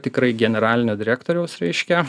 tikrai generalinio direktoriaus reiškia